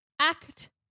Act